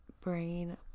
brain